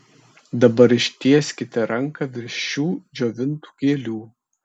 dabar ištieskite ranką virš šių džiovintų gėlių